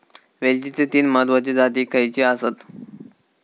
वेलचीचे तीन महत्वाचे जाती खयचे आसत?